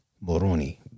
Moroni